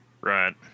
Right